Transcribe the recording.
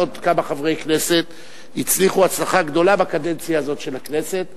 עוד כמה חברי כנסת הצליחו הצלחה גדולה בקדנציה הזאת של הכנסת,